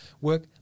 work